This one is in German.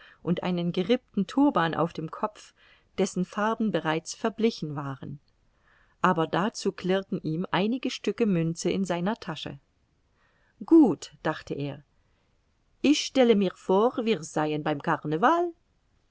und einen gerippten turban auf dem kopf dessen farben bereits verblichen waren aber dazu klirrten ihm einige stücke münze in seiner tasche gut dachte er ich stelle mir vor wir seien beim